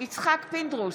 יצחק פינדרוס,